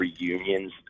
reunions